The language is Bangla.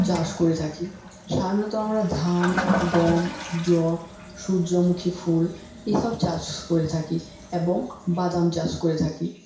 চাষ করে থাকি সাধারণত আমরা ধান গম যব সূর্যমুখী ফুল এই সব চাষ করে থাকি এবং বাদাম চাষ করে থাকি